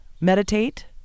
meditate